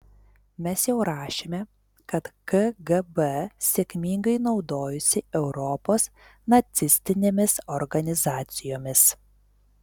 mes jau rašėme kad kgb sėkmingai naudojosi europos nacistinėmis organizacijomis